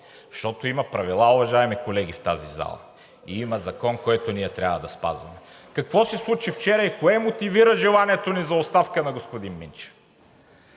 Защото, уважаеми колеги, има правила в тази зала, има закон, който ние трябва да спазваме. Какво се случи вчера и кое мотивира желанието ни за оставка на господин Минчев?